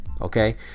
Okay